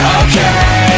okay